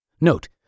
Note